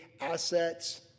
assets